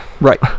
Right